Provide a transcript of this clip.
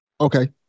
okay